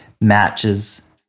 matches